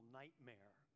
nightmare